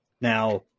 now